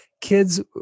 kids